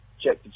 check